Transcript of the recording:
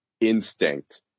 instinct